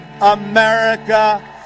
America